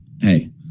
hey